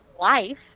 life